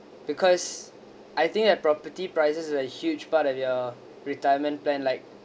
because I think a property prices a huge part of your retirement plan like